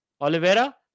Oliveira